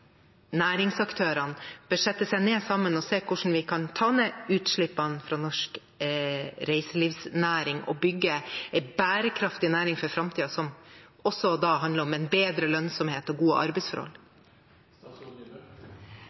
næringsaktørene bør sette seg ned sammen og se på hvordan vi kan ta ned utslippene fra norsk reiselivsnæring og for framtiden bygge en bærekraftig næring som også handler om en bedre lønnsomhet og gode arbeidsforhold?